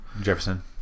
Jefferson